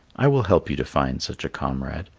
i will help you to find such a comrade.